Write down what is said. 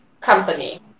company